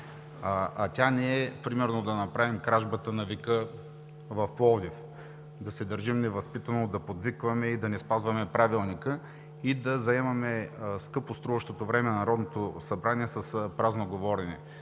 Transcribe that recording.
е. Тя не е примерно да направим кражбата на века в Пловдив, да се държим невъзпитано, да подвикваме, да не спазваме Правилника и да заемаме скъпоструващото време на Народното събрание с празно говорене.